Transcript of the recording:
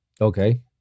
Okay